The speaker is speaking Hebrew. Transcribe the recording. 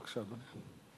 בבקשה, אדוני.